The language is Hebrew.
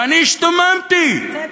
ואני השתוממתי, בצדק.